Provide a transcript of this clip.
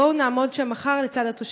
בואו נעמוד שם מחר לצד התושבים.